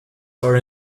are